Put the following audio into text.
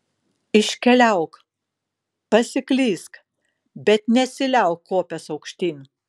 iškeliauk pasiklysk bet nesiliauk kopęs aukštyn